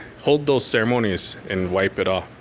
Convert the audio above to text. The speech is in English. hold those ceremonies and wipe it off.